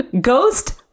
Ghost